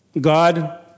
God